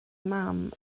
mam